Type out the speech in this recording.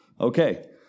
Okay